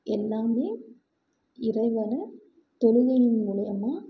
எல்லாமே இறைவனை தொழுகையின் மூலிமா